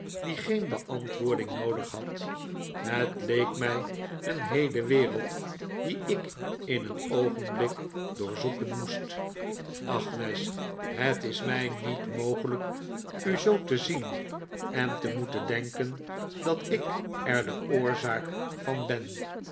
die geen beantwoording noodig had het leek mij een heele wereld die ik in een oogenblik doorzoeken moest agnes het is mij niet mogelijk u zoo te zien en te moeten denken dat ik er de oorzaak van ben